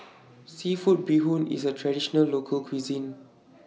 Seafood Bee Hoon IS A Traditional Local Cuisine